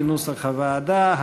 כנוסח הוועדה.